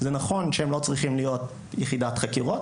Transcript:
זה נכון שהם לא צריכים להיות יחידת חקירות,